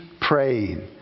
praying